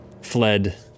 fled